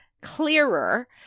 clearer